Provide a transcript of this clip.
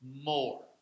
more